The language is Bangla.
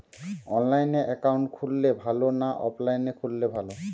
অনলাইনে একাউন্ট খুললে ভালো না অফলাইনে খুললে ভালো?